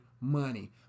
money